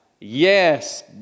Yes